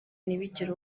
ntibigire